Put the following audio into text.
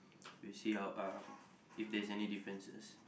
we see how uh if there's any differences